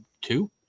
two